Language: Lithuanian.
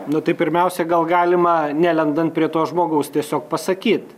nu tai pirmiausia gal galima nelendant prie to žmogaus tiesiog pasakyt